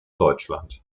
deutschland